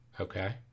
Okay